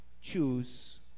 choose